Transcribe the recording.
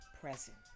present